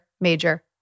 major